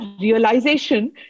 realization